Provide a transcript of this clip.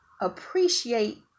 appreciate